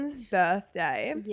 birthday